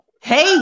Hey